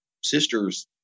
sister's